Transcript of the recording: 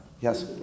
Yes